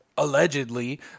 allegedly